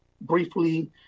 Briefly